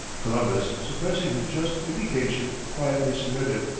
columbus, suppressing his just indignation, quietly submitted.